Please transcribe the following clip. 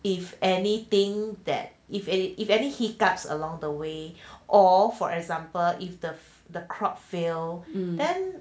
if anything that if if any hiccups along the way all for example if the the crop fail then